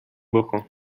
بکن